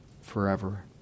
forever